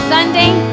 Sunday